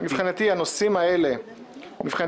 מבחינתי, הנושאים האלה,